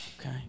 Okay